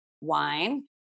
wine